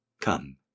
Come